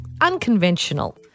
unconventional